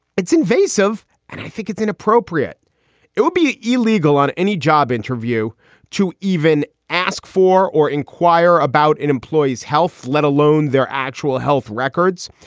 it's invasive and i think it's inappropriate it would be illegal on any job interview to even ask for or inquire about an employee's health, let alone their actual health records.